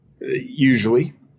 usually